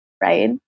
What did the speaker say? right